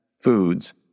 foods